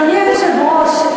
אדוני היושב-ראש,